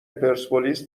پرسپولیس